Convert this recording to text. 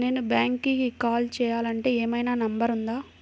నేను బ్యాంక్కి కాల్ చేయాలంటే ఏమయినా నంబర్ ఉందా?